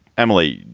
emily,